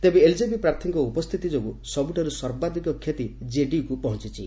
ତେବେ ଏଲ୍ଜେପି ପ୍ରାର୍ଥୀଙ୍କ ଉପସ୍ଥିତି ଯୋଗୁଁ ସବୁଠାରୁ ସର୍ବାଧିକ କ୍ଷତି କେଡିୟୁକ୍କୁ ପହଞ୍ଚିଛି